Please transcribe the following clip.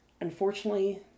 Unfortunately